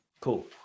cool